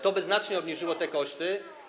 To by znacznie obniżyło te koszty.